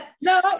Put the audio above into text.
No